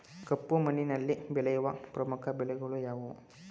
ಕಪ್ಪು ಮಣ್ಣಿನಲ್ಲಿ ಬೆಳೆಯುವ ಪ್ರಮುಖ ಬೆಳೆಗಳು ಯಾವುವು?